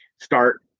start